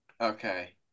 Okay